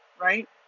right